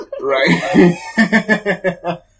right